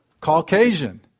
Caucasian